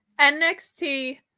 NXT